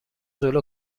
جلو